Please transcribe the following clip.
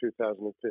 2015